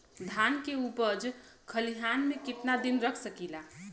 धान के उपज खलिहान मे कितना दिन रख सकि ला?